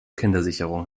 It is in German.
kindersicherung